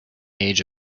age